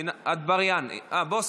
אה, בוסו.